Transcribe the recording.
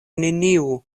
neniu